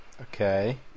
Okay